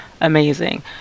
amazing